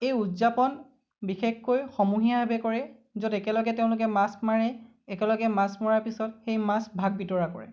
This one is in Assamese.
এই উদযাপন বিশেষকৈ সমূহীয়াভাৱে কৰে য'ত একেলগে তেওঁলোকে মাছ মাৰে একেলগে মাছ মৰাৰ পিছত সেই মাছ ভাগ বিতৰা কৰে